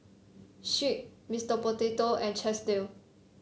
Schick Mr Potato and Chesdale